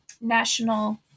national